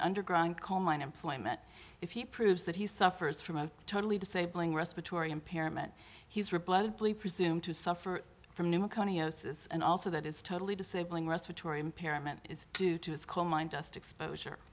an underground coal mine employment if he proves that he suffers from a totally disabling respiratory impairment he's reportedly presume to suffer from new macone osis and also that is totally disabling respiratory impairment is due to his coal mine dust exposure